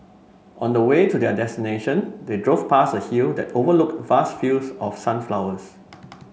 on the way to their destination they drove past a hill that overlooked vast fields of sunflowers